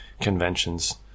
conventions